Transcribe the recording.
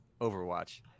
Overwatch